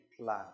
plan